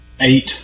Eight